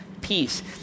peace